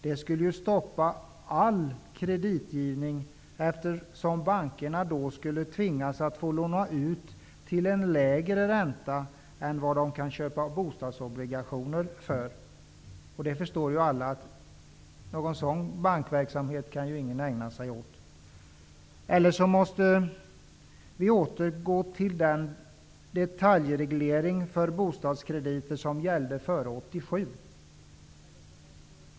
Det skulle ju stoppa all kreditgivning, eftersom bankerna då skulle tvingas låna ut till en lägre ränta än vad de kan köpa bostadsobligationer för. Alla förstår att ingen kan ägna sig åt sådan bankverksamhet. Eller också måste vi återgå till den detaljreglering för bostadskrediter som gällde före 1987.